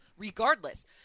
Regardless